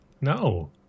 No